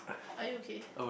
are you okay